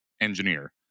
engineer